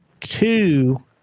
Two